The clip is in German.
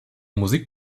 musik